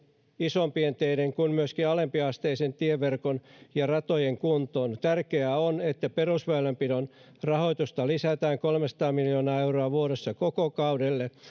isompien teiden kuin myöskin alempiasteisen tieverkon ja ratojen kuntoon tärkeää on että perusväylänpidon rahoitusta lisätään kolmesataa miljoonaa euroa vuodessa koko kaudelle